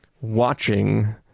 watching